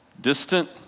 distant